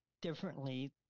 differently